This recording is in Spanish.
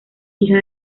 hija